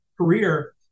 career